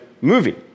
movie